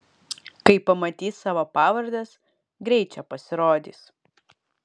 kai pamatys savo pavardes greit čia pasirodys